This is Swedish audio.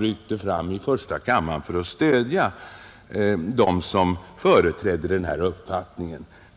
ryckte fram i första kammaren för att stödja dem som företrädde denna uppfattning.